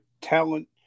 talent